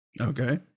Okay